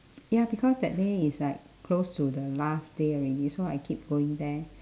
ya because that day is like close to the last day already so I keep going there